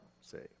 Say